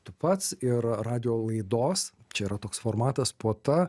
tu pats ir radijo laidos čia yra toks formatas puota